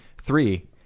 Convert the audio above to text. Three